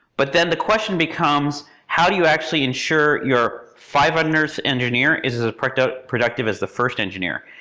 but then the question becomes how do you actually ensure your five hundredth engineer is as productive productive as the first engineer?